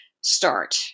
start